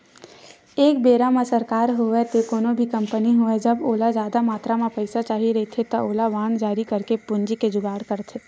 एक बेरा म सरकार होवय ते कोनो भी कंपनी होवय जब ओला जादा मातरा म पइसा चाही रहिथे त ओहा बांड जारी करके पूंजी के जुगाड़ करथे